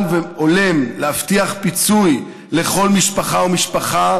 והולם להבטיח פיצוי לכל משפחה ומשפחה,